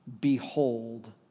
behold